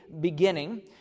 beginning